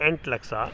ಎಂಟು ಲಕ್ಷ